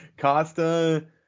costa